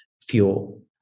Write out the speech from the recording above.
fuel